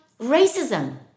racism